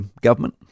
government